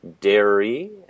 dairy